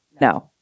No